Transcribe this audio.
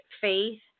faith